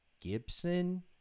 Gibson